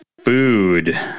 food